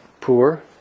poor